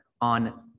on